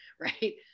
right